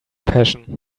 passion